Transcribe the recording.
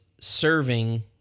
serving